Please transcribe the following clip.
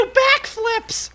backflips